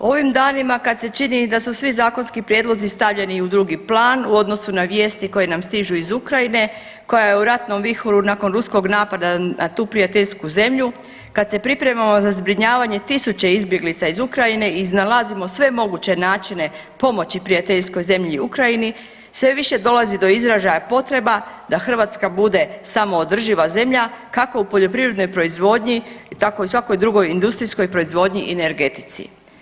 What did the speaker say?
U ovim danima kada se čini da su svi zakonski prijedlozi stavljeni u drugi plan u odnosu na vijesti koje nam stižu iz Ukrajine koja je u ratnom vihoru nakon ruskog napada na tu prijateljsku zemlju kad se pripremamo za zbrinjavanje tisuće izbjeglica iz Ukrajine iznalazimo sve moguće načine pomoći prijateljsko zemlji Ukrajini, sve više dolazi do izražaja potreba da Hrvatska bude samoodrživa zemlja kako u poljoprivrednoj proizvodnji tako u svakoj drugoj industrijskoj proizvodnji i energetici.